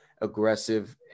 aggressive